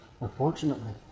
Unfortunately